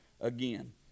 again